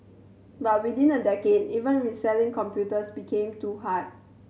but within a decade even reselling computers became too hard